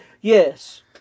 Yes